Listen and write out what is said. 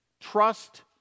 trust